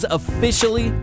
officially